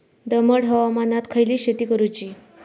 दमट हवामानात खयली शेती करूची?